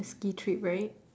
risky trip right